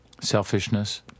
Selfishness